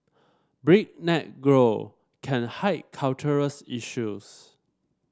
breakneck grow can hide cultural issues